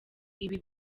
ibi